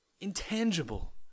intangible